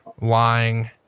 lying